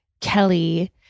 Kelly